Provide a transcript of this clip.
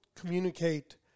communicate